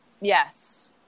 Yes